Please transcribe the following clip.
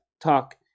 talk